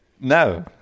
No